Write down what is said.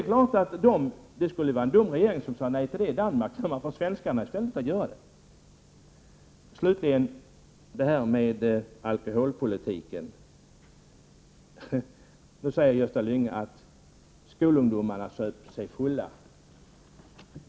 Regeringen i Danmark vore ju dum om den sade nej till det! Slutligen till alkoholpolitiken. Nu säger Gösta Lyngå att skolungdomarna söp sig fulla.